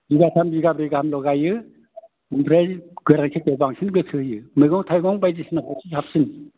बिगाथाम बिगाब्रैल' गायो ओमफ्राय गोरान खेथिआव बांसिन गोसो होयो मैगं थाइगं बायदिसिनाफ्रासो साबसिन